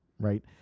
Right